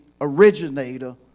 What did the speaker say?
originator